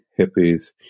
hippies